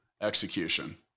execution